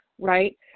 right